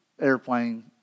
airplane